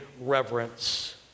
reverence